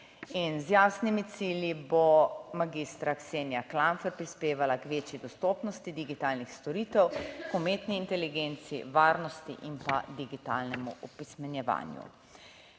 in z jasnimi cilji bo magistra Ksenija Klampfer prispevala k večji dostopnosti digitalnih storitev, k umetni inteligenci, varnosti in pa digitalnemu opismenjevanju.